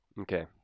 Okay